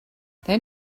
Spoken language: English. then